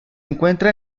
encuentra